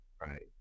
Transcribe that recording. right